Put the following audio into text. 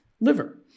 liver